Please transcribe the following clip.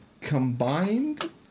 combined